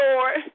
Lord